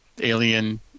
alien